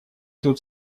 тут